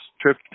trip